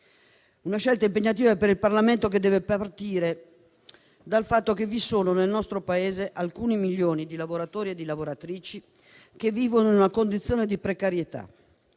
una scelta impegnativa per il Parlamento; una scelta che deve partire dal fatto che vi sono nel nostro Paese alcuni milioni di lavoratori e di lavoratrici che vivono in una condizione di precarietà,